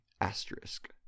asterisk